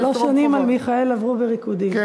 שלוש שנים על מיכאל עברו בריקודים,